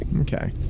Okay